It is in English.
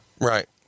Right